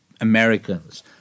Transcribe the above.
Americans